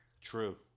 True